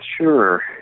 sure